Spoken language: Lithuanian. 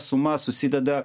suma susideda